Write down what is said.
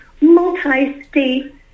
multi-state